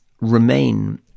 remain